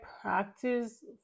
practice